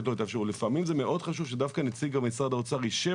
לפעמים זה מאוד חשוב שדווקא נציג משרד האוצר יישב